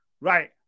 right